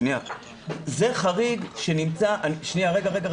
שנייה, רגע.